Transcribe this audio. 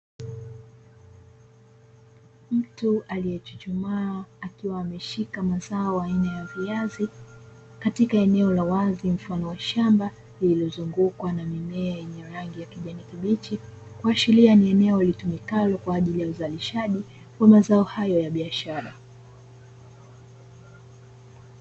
Mtu aliyechuchumaa akiwa ameshika mazao aina ya viazi, katika eneo la wazi mfano wa shamba lililozungukwa na mimea yenye rangi ya kijani kibichi, kuashiria ni eneo ilitumikalo kwa ajili ya uzalishaji kwa mazao hayo ya biashara.